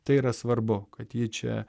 tai yra svarbu kad ji čia